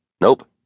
Nope